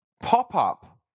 pop-up